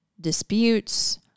disputes